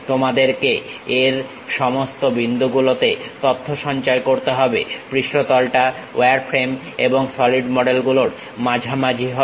তোমাদেরকে এই সমস্ত বিন্দু গুলোতে তথ্য সঞ্চয় করতে হবে পৃষ্ঠতলটা ওয়ারফ্রেম এবং সলিড মডেলগুলোর মাঝামাঝি হবে